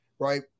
right